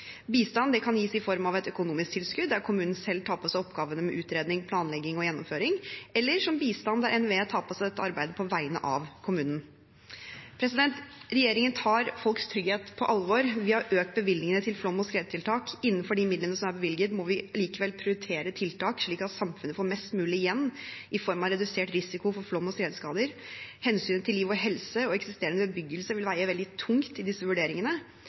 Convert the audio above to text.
Bistand kan gis i form av et økonomisk tilskudd, der kommunen selv tar på seg oppgavene med utredning, planlegging og gjennomføring, eller som bistand, der NVE tar på seg dette arbeidet på vegne av kommunen. Regjeringen tar folks trygghet på alvor. Vi har økt bevilgningene til flom- og skredtiltak. Innenfor de midlene som er bevilget, må vi likevel prioritere tiltak slik at samfunnet får mest mulig igjen i form av redusert risiko for flom- og skredskader. Hensynet til liv og helse og eksisterende bebyggelse vil veie veldig tungt i disse vurderingene.